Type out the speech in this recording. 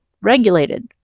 regulated